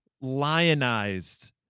lionized